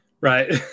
right